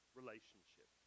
relationship